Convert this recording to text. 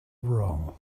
wrong